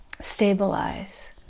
stabilize